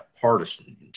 partisan